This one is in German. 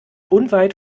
unweit